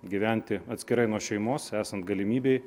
gyventi atskirai nuo šeimos esant galimybei